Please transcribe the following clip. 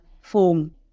form